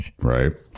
right